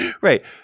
right